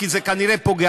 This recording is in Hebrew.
כי זה כנראה פוגע,